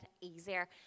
easier